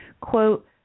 Quote